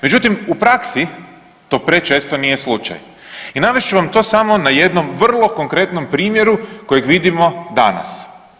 Međutim, u praksi to prečesto nije slučaj i navest ću vam to samo na jednom vrlo konkretnom primjeru kojeg vidimo danas.